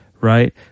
right